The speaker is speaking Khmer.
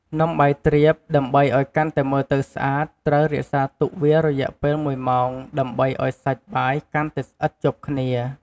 នំបាយទ្រាបដើម្បីឱ្យកាន់តែមើលទៅស្អាត ត្រូវរក្សាទុកវារយៈពេលមួយម៉ោងដើម្បីឱ្យសាច់បាយកាន់តែស្អិតជាប់គ្នា។